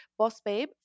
BOSSBABE